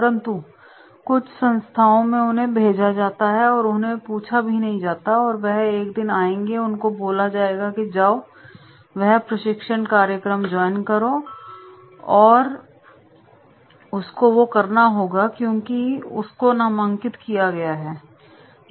परंतु कुछ संस्थाओं में उन्हें भेजा जाता है और उनसे पूछा नहीं जातावह एक दिन आयेंगे और उनको बोला जाएगा कि जाओ वह प्रशिक्षण कार्यक्रम ज्वाइन करोनौर उसको वो करना होगा क्योंकि उसको नामांकित किया गया है